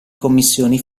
commissioni